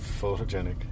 photogenic